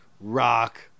rock